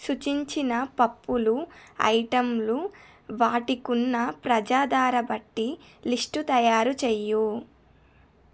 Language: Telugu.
సూచించిన పప్పులు ఐటంలు వాటికున్న ప్రజాదరణ బట్టి లిస్టు తయారు చెయ్యు